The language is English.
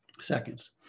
seconds